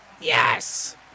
yes